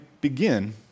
begin